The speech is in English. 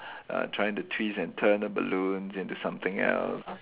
uh trying to twist and turn the balloons into something else